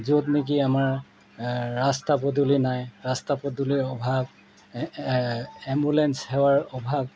য'ত নেকি আমাৰ ৰাস্তা পদূলি নাই ৰাস্তা পদূলিৰ অভাৱ এম্বুলেন্স সেৱাৰ অভাৱ